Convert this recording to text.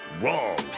Wrong